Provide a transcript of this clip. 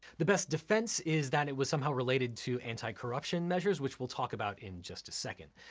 the best defense is that it was somehow related to anti-corruption measures, which we'll talk about in just a second.